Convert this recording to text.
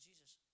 Jesus